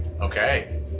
Okay